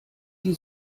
die